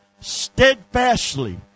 steadfastly